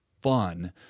fun